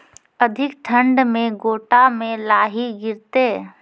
अधिक ठंड मे गोटा मे लाही गिरते?